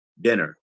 dinner